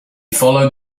followed